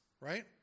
right